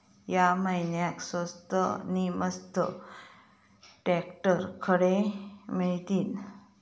या महिन्याक स्वस्त नी मस्त ट्रॅक्टर खडे मिळतीत?